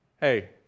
hey